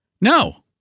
no